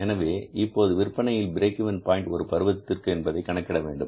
எனவே இப்போது விற்பனையில் பிரேக் இவென் பாயின்ட் ஒரு பருவத்திற்கு என்பதை கணக்கிட வேண்டும்